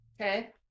Okay